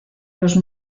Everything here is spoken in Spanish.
los